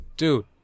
Dude